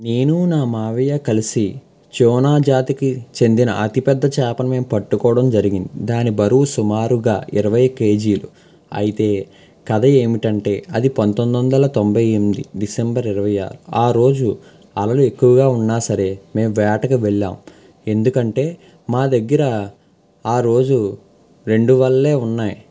నేను మా మామయ్య కలిసి చోనా జాతికి చెందిన అతి పెద్ద చేపను మేము పట్టుకోవడం జరిగింది దాని బరువు సుమారుగా ఇరవై కేజీలు అయితే కథ ఏమిటంటే అది పంతొమ్మిది వందల తొంభై ఎనిమిది డిసెంబర్ ఇరవై ఆ రోజు అలలు ఎక్కువగా ఉన్నా సరే మేము వేటకు వెళ్ళాం ఎందుకంటే మా దగ్గర ఆ రోజు రెండు వలలే ఉన్నాయి